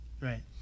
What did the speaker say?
Right